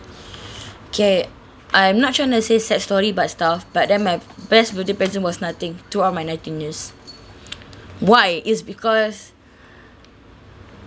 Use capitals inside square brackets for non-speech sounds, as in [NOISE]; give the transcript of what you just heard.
okay I'm not trying to say sad story but stuff but then my best birthday present was nothing throughout my nineteen years [NOISE] why is because